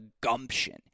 gumption